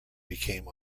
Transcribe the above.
became